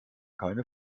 keine